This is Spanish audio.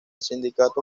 sindicato